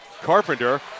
Carpenter